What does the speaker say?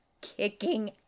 kicking